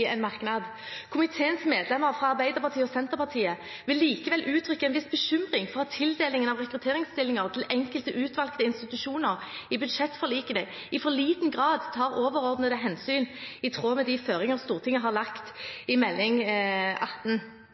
en merknad: «Komiteens medlemmer fra Arbeiderpartiet og Senterpartiet vil likevel uttrykke en viss bekymring for at tildelingen av rekrutteringsstillinger til enkelte utvalgte institusjoner i budsjettforlikene i for liten grad tar overordnede hensyn i tråd med de føringer Stortinget har lagt i Meld. St. 18